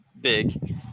big